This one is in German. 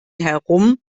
herum